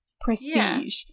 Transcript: prestige